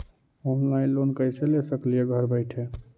Online loan कैसे ले सकली हे घर बैठे?